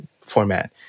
format